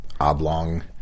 oblong